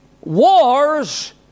wars